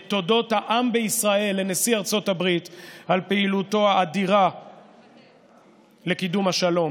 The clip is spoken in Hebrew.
את תודות העם בישראל לנשיא ארצות הברית על פעילותו האדירה לקידום השלום.